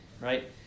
right